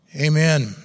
Amen